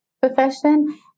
profession